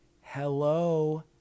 hello